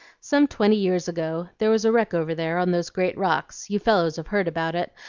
some twenty years ago there was a wreck over there on those great rocks you fellows have heard about it,